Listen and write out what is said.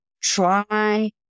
try